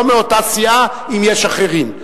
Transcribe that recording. לא מאותה סיעה אם יש אחרים.